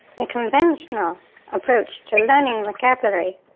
the conventional approach to learning vocabulary,